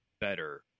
better